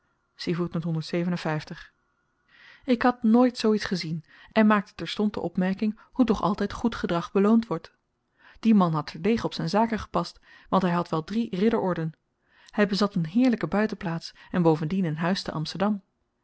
ik had nooit zoo iets gezien en maakte terstond de opmerking hoe toch altyd goed gedrag beloond wordt die man had terdeeg op zyn zaken gepast want hy had wel drie ridderorden hy bezat een heerlyke buitenplaats en bovendien een huis te amsterdam